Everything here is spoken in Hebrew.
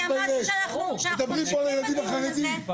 אמרתי שאנחנו --- מדברים פה על הילדים החרדים,